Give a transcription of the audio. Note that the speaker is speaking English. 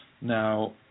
now